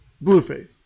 Blueface